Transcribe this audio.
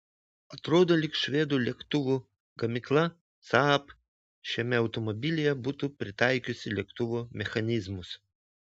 atrodo lyg švedų lėktuvų gamykla saab šiame automobilyje būtų pritaikiusi lėktuvo mechanizmus